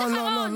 משפט אחרון.